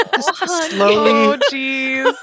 slowly